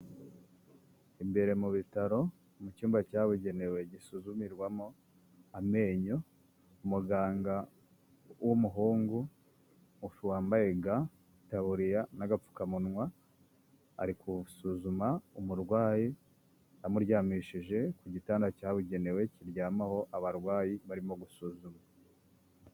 Imbere mu bitaro mu cyumba cyabugenewe gisuzumirwamo amenyo. Umuganga w'umuhungu wambaye ga, itaburiya, n'agapfukamunwa arigusuzuma umurwayi. Amuryamishije ku gitanda cyabugenewe kiryamaho abarwayi barimo gusuzumwa.